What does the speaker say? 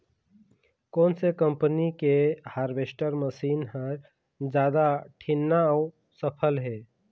कोन से कम्पनी के हारवेस्टर मशीन हर जादा ठीन्ना अऊ सफल हे?